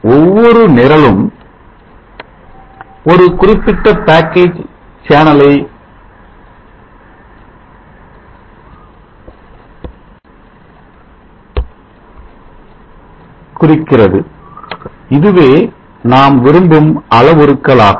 ஒவ்வொரு நிரலும் ஒரு குறிப்பிட்ட பேக்கேஜ் பேனலை குறிக்கிறது இதுவே நாம் விரும்பும் அளவுருக்களாகும்